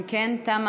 אם כן, תמה